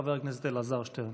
חבר הכנסת אלעזר שטרן.